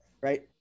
right